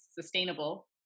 sustainable